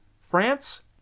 France